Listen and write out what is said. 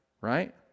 right